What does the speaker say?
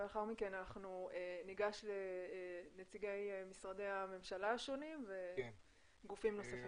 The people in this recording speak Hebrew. לאחר מכן ניגש לנציגי משרדי הממשלה השונים וגופים נוספים.